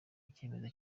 icyemezo